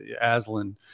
Aslan